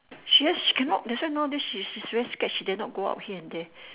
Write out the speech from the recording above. she cannot that's why nowadays she's damn scared she don't dare to go out here and there